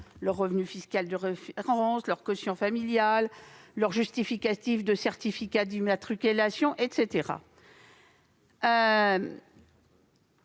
leur revenu fiscal de référence, leur quotient familial, leur justificatif de certificat d'immatriculation, etc.